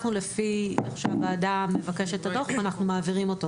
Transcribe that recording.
לפי בקשת הוועדה, אנחנו מעבירים את הדוח.